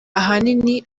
ahanini